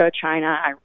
China